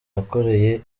yakoreye